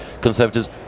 Conservatives